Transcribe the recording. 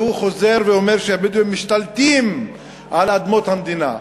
והוא חוזר ואומר שהבדואים משתלטים על אדמות המדינה.